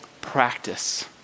practice